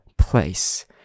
place